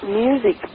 music